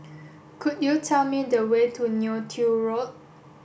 could you tell me the way to Neo Tiew Road